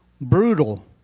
brutal